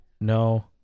No